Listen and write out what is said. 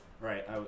Right